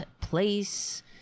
place